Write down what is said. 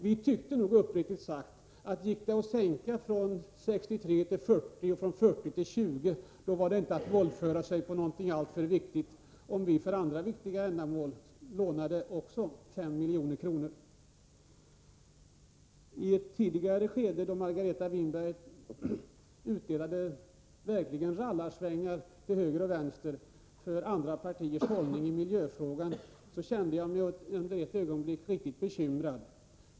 Vi tyckte nog, uppriktigt sagt, att om det gick att sänka från 63 till 40 miljoner och sedan till 20 miljoner, innebar det inte något våldförande om också vi, för viktiga ändamål, tog bort 5 milj.kr. från anslaget. I ett tidigare skede, då Margareta Winberg verkligen utdelade rallarsvingar till höger och vänster för andra partiers hållning i miljöfrågan, kände jag mig under ett ögonblick riktigt bekymrad.